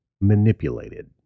manipulated